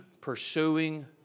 pursuing